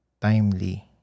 timely